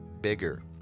bigger